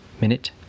minute